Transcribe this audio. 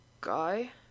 guy